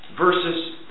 versus